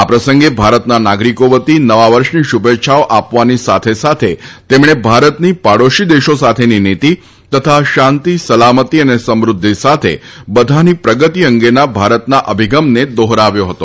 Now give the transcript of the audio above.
આ પ્રસંગે ભારતના નાગરિકો વતી નવા વર્ષની શુભેચ્છાઓ આપવાની સાથે સાથે તેમણે ભારતની પાડોશી દેશો સાથેની નીતિ તથા શાંતિ સલામતી અને સમૃઘ્ઘિ સાથે બધાની પ્રગતિ અંગેના ભારતના અભિગમને દોહરાવ્યો હતો